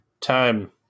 time